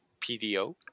PDO